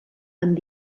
amb